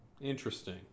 Interesting